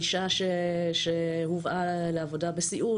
אישה שהובאה לעבודה בסיעוד,